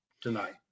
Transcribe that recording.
tonight